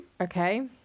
Okay